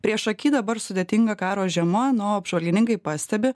priešaky dabar sudėtinga karo žiema na o apžvalgininkai pastebi